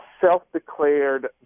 self-declared